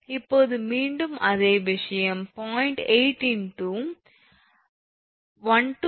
இப்போது மீண்டும் அதே விஷயம் 0